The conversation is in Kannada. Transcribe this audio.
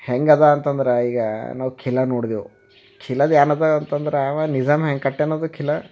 ಹೆಂಗಿದೆ ಅಂತಂದ್ರೆ ಈಗ ನಾವು ಕಿಲಾ ನೋಡ್ದೇವು ಕಿಲಾದು ಏನಿದೆ ಅಂತಂದ್ರೆ ಅವ ನಿಜಾಮ ಹ್ಯಾಂಗೆ ಕಟ್ಯಾನ ಅದು ಕಿಲಾ